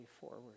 forward